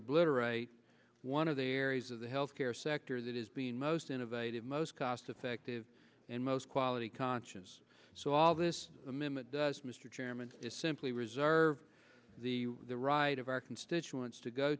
obliterate one of the areas of the health care sector that is being most innovative most cost effective and most quality conscious so all this amendment does mr chairman is simply reserved the right of our constituents to go